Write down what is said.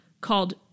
called